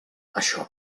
això